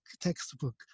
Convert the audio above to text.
textbook